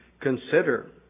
consider